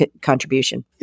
contribution